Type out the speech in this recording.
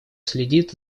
следит